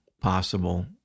possible